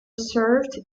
served